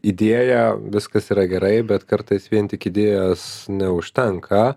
idėja viskas yra gerai bet kartais vien tik idėjos neužtenka